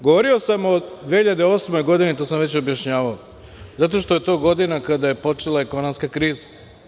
Govorio sam o 2008. godini, to sam već objašnjavao, zato što je to godina kada je počela ekonomska kriza.